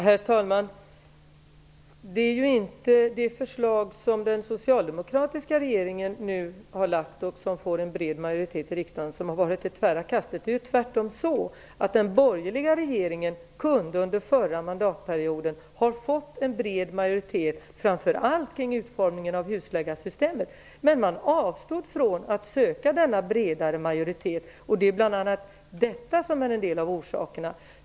Herr talman! Det är inte det förslag som den socialdemokratiska regeringen nu har lagt fram och som får en bred majoritet i riksdagen som har gjort att det blivit tvära kast. Det beror tvärtom på den borgerliga regeringen, som under förra mandatperioden kunde ha fått en bred majoritet framför allt kring utformningen av husläkarsystemet. Men man avstod från att söka denna bredare majoritet, och det är en av orsakerna.